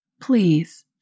Please